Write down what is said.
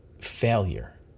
failure